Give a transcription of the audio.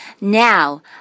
Now